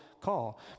call